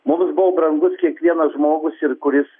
mums buvo brangus kiekvienas žmogus ir kuris